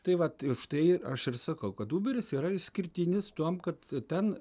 tai vat už tai aš ir sakau kad uberis yra išskirtinis tuom kad ten